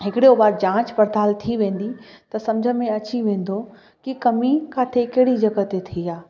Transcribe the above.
हिकिड़े बार जांच पड़ताल थी वेंदी त सम्झ में अची वेंदो की कमी किथे कहिड़ी जॻह ते थी आहे